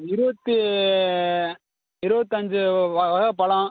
இருபத்தி இருபத்தஞ்சு வகை பழம்